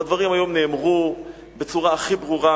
והדברים נאמרו היום בצורה הכי ברורה,